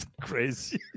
Crazy